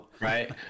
right